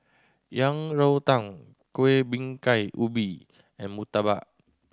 Yang Rou Tang Kuih Bingka Ubi and murtabak